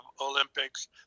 Olympics